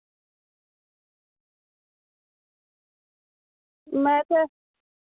मैं ते